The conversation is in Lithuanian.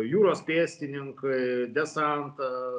jūros pėstinink desantą